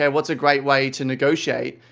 and what's a great way to negotiate?